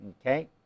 Okay